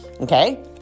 Okay